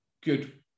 good